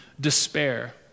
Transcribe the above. despair